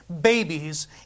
babies